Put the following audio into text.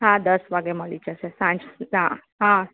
હા દસ વાગ્યે મળી જશે સાંજના હા